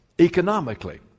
economically